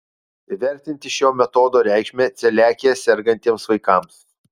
įvertinti šio metodo reikšmę celiakija sergantiems vaikams